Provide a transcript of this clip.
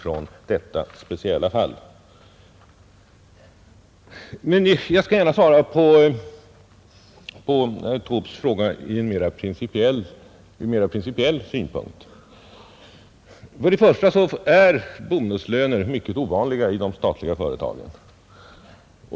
Men jag skall gärna svara på herr Taubes fråga ur mera principiell synpunkt. Först och främst är bonuslöner mycket ovanliga i de statliga företagen.